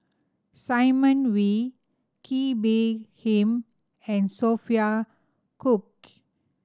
Simon Wee Kee Bee Khim and Sophia Cooke